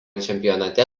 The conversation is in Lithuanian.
čempionate